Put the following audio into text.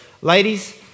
Ladies